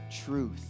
truth